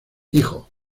hijo